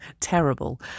terrible